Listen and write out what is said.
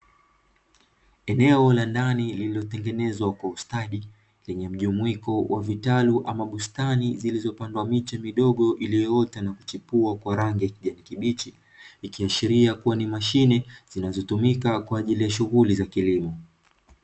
Eneo la ndani lililotengenezwa kwa ustadi , lenye mjumuiko wa vitalu ama bustani zilizopandwa miche midogo iliyoota na kuchipua kwa rangi ya kijani kibichi, ikiashiria kua ni mashine, zinazotumika kwa ajili ya shughuli za kilimo.